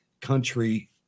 country